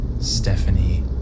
Stephanie